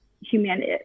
humanity